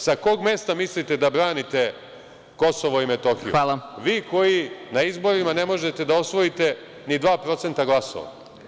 Sa kog mesta mislite da branite Kosovo i Metohiju, vi koji na izborima ne možete da osvojite ni 2% glasova?